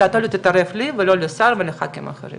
אבל אתה לא תתערב לי ולא לשר ולח"כים אחרים,